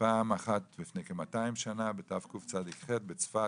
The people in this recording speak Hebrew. ופעם אחד לפני מאתיים שנים בתקצ"ח בצפת,